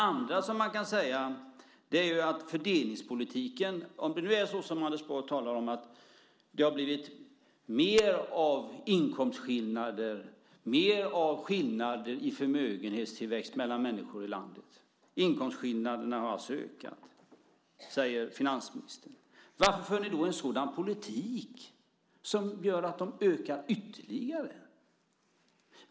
Anders Borg säger att det har blivit mer av inkomstskillnader, mer av skillnader i förmögenhetstillväxt mellan människor i landet. Inkomstskillnaderna har alltså ökat, säger finansministern. Varför för ni då en politik som gör att de ökar ytterligare?